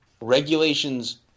regulations